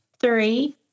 Three